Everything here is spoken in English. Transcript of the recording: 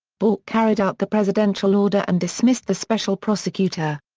bork carried out the presidential order and dismissed the special prosecutor.